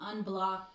unblock